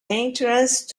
entrance